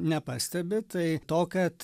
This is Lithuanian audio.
nepastebi tai to kad